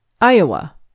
Iowa